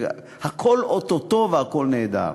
הכול או-טו-טו והכול נהדר.